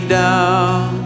down